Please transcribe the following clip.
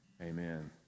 Amen